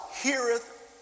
heareth